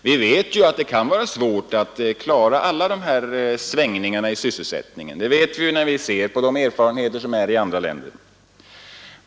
Vi vet ju att det kan vara svårt att klara alla svängningar i sysselsättningen. Det kan vi se av erfarenheterna i andra länder.